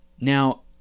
Now